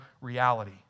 reality